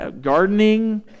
gardening